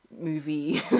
movie